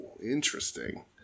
interesting